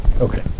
Okay